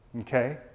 Okay